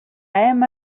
hem